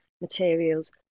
materials